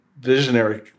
visionary